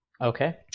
Okay